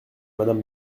madame